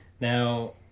Now